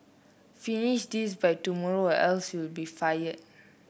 finish this by tomorrow or else you'll be fired